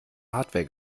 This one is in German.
hardware